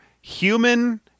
human